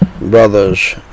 brothers